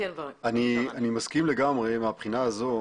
אני מסכים לגמרי מהבחינה הזו,